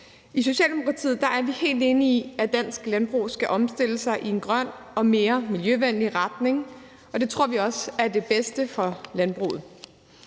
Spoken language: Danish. I Socialdemokratiet er vi helt enige i, at dansk landbrug skal omstille sig i en grøn og mere miljøvenlig retning, og det tror vi også er det bedste for landbruget.